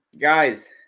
guys